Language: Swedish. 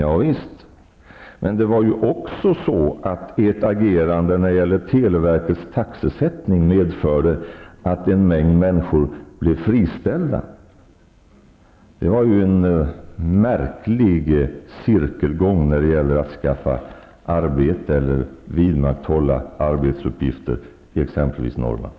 Ja visst, men socialdemokraternas agerande när det gäller televerkets taxesättning medförde att många människor blev friställda. Det var en märklig cirkelgång när det gäller att skaffa fram arbeten eller vidmakthålla sysselsättning i t.ex. Norrland.